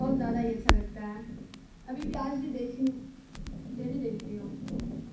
بہت زیادہ ہی اچھا لگتا ہے ابھی بھی آج بھی دیکھی ہوں ڈیلی دیکھتی ہوں